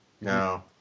No